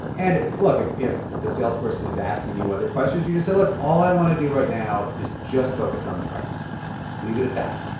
and look. if if the salesperson is asking you other questions, you just say, look. all i want to do right now is just focus on the price. just leave it at that.